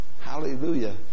Hallelujah